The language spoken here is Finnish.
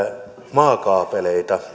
maakaapeleita